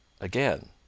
Again